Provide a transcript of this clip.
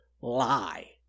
lie